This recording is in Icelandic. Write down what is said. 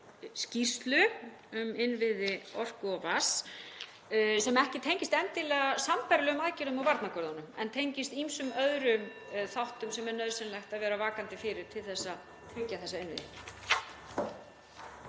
skýrslu um innviði orku og vatns sem ekki tengist endilega sambærilegum aðgerðum og varnargörðunum en tengist ýmsum öðrum þáttum sem er nauðsynlegt að vera vakandi fyrir til þess að tryggja þessa innviði.